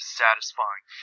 satisfying